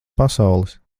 pasaules